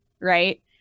right